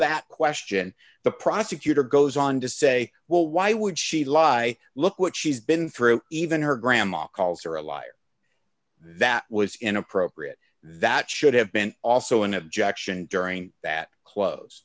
that question the prosecutor goes on to say well why would she lie look what she's been through even her grandma calls her a liar that was inappropriate that should have been also an objection during that close